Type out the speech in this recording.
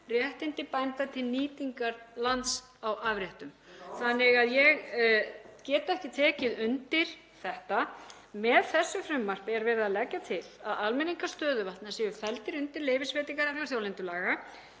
réttindi bænda til nýtingar lands á afréttum. (Gripið fram í.) Þannig að ég get ekki tekið undir þetta. Með þessu frumvarpi er verið að leggja til að almenningar stöðuvatna séu felldir undir leyfisveitingareglur þjóðlendulaga